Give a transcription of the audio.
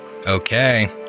Okay